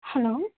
hello